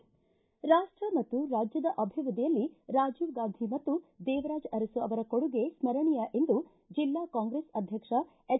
ರಾಷ್ಟ ಮತ್ತು ರಾಜ್ಯದ ಅಭಿವೃದ್ಧಿಯಲ್ಲಿ ರಾಜೀವಗಾಂಧೀ ಮತ್ತು ದೇವರಾಜು ಅರಸು ಅವರ ಕೊಡುಗೆ ಸ್ಲರಣೀಯ ಎಂದು ಜಿಲ್ಲಾ ಕಾಂಗ್ರೆಸ್ ಅಧ್ಯಕ್ಷ ಎಚ್